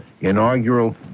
inaugural